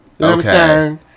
Okay